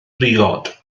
briod